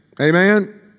Amen